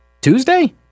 Tuesday